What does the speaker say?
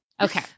Okay